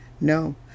No